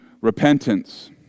repentance